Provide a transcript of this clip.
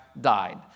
died